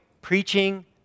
preaching